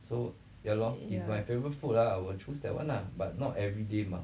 yeah